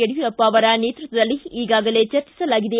ಯಡಿಯೂರಪ್ಪ ಅವರ ನೇತೃತ್ವದಲ್ಲಿ ಈಗಾಗಲೇ ಚರ್ಚಿಸಲಾಗಿದೆ